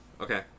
okay